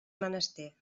menester